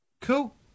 Cool